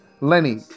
Lenny